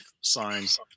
signs